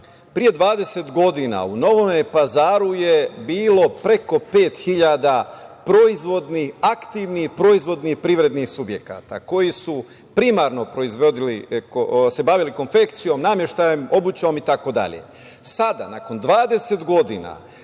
pre 20 godina u Novom Pazaru je bilo preko pet hiljada proizvodnih, aktivnih proizvodnih privrednih subjekata koji su se primarno bavili konfekcijom, nameštajem, obućom itd. Sada, nakon 20 godina,